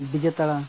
DJ ᱛᱟᱲᱟ